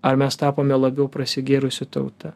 ar mes tapome labiau prasigėrusi tauta